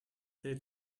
they